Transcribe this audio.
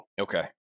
Okay